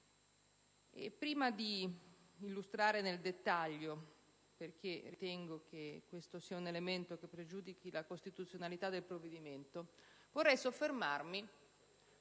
ma prima di entrare nel merito, poiché ritengo che questo sia un elemento che pregiudichi la costituzionalità del provvedimento, vorrei soffermarmi